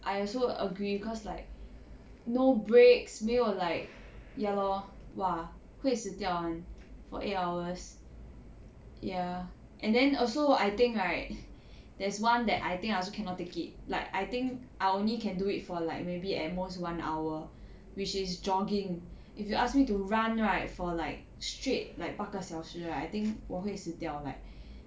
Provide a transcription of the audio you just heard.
I also agree cause like no breaks 没有 like ya lor !wah! 会死掉 [one] for eight hours ya and then also I think right there's one that I think I also cannot take it like I think I only can do it for like maybe at most one hour which is jogging if you ask me to run right for like straight like 八个小时 I think 我会死掉 like